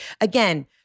Again